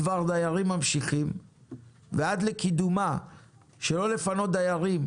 בדבר דיירים ממשיכים ועד לקידומה שלא לפנות דיירים,